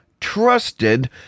trusted